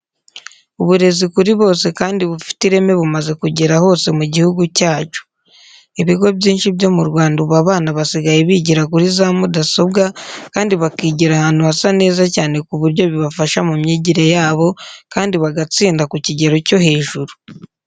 Uburezi kuri bose kandi bufite ireme bumaze kugera hose mu gihugu cyacu. Ibigo byinshi byo mu Rwanda ubu abana basigaye bigira kuri za mudasobwa kandi bakigira ahantu hasa neza cyane ku buryo bibafasha mu myigire yabo, kandi bagatsinda ku kigero cyo hejuru.